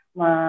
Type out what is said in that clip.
ma